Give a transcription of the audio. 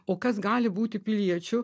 o kas gali būti piliečiu